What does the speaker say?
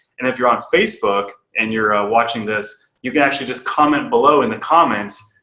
and if you're on facebook and you're watching this, you can actually just comment below in the comments,